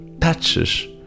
touches